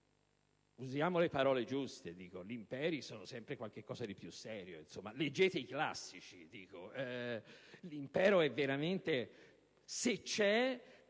Usiamo le parole giuste. Gli imperi sono sempre qualcosa di più serio: leggete i classici. L'impero, se c'è,